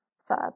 sad